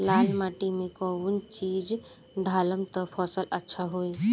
लाल माटी मे कौन चिज ढालाम त फासल अच्छा होई?